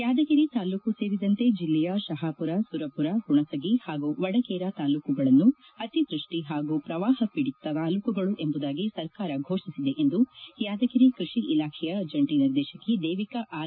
ಯಾದಗಿರಿ ತಾಲ್ಲೂಕು ಸೇರಿದಂತೆ ಜಿಲ್ಲೆಯ ಶಹಾಪುರ ಸುರಪುರ ಹುಣಸಗಿ ಹಾಗೂ ವಡಗೇರಾ ತಾಲ್ಲೂಕುಗಳನ್ನು ಅತಿವೃಷ್ಟಿ ಹಾಗೂ ಪ್ರವಾಹ ಪೀಡಿತ ತಾಲ್ಲೂಕುಗಳು ಎಂಬುದಾಗಿ ಸರ್ಕಾರ ಘೋಷಿಸಿದೆ ಎಂದು ಯಾದಗಿರಿ ಕೃಷಿ ಇಲಾಖೆಯ ಜಂಟಿ ನಿರ್ದೇಶಕಿ ದೇವಿಕಾ ಆರ್